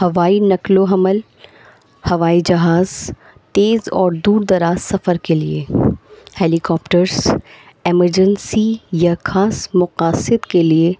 ہوائی نقل و حمل ہوائی جہاز تیز اور دور دراز سفر کے لیے ہیلییکپٹرس ایمرجنسی یا خاص مقاصد کے لیے